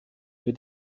für